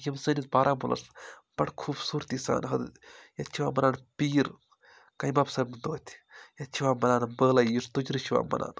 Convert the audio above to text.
یِم سٲنِس بارہمولاہَس بَڈٕ خوٗبصوٗرتی سان حد ییٚتہِ چھِ یِوان مناونہٕ پیٖر کامیاب صٲبُن دۄہ ییٚتہِ چھِ یِوان مناونہٕ بٲلٲیی یُس تُجرِ چھُ یِوان مناونہٕ